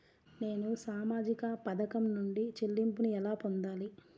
నేను సామాజిక పథకం నుండి చెల్లింపును ఎలా పొందాలి?